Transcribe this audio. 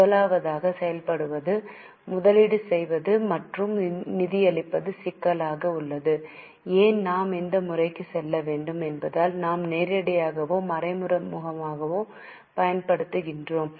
முதலாவதாக செயல்படுவது முதலீடு செய்வது மற்றும் நிதியளிப்பது சிக்கலானது ஏன் நாம் இந்த முறைக்கு செல்ல வேண்டும் என்பதால் நாம் நேரடியாகவோ மறைமுகமாகவோ பயன்படுத்துகிறோம்